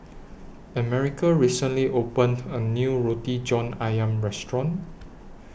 America recently opened A New Roti John Ayam Restaurant